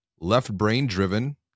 left-brain-driven